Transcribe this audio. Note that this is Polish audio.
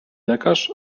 lekarz